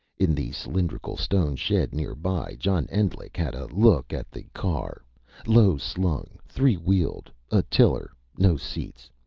in the cylindrical stone shed nearby, john endlich had a look at the car low slung, three-wheeled, a tiller, no seats.